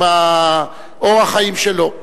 באורח החיים שלו.